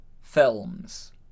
films